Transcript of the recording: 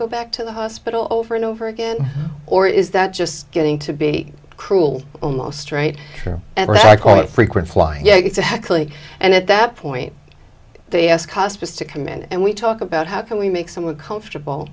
go back to the hospital over and over again or is that just getting to be cruel almost right and i call it frequent flyer yeah exactly and at that point they ask hospice to come in and we talk about how can we make someone comfortable